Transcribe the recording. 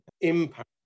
impact